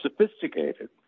sophisticated